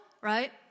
right